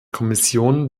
kommission